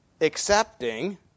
Accepting